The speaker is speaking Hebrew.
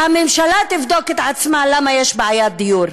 שהממשלה תבדוק את עצמה, למה יש בעיית דיור.